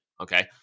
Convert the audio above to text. Okay